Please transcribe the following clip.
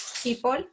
people